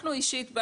אנחנו, אישית,